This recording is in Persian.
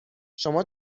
شما